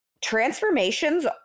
Transformations